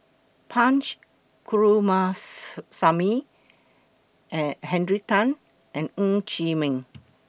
Punch Coomaraswamy Henry Tan and Ng Chee Meng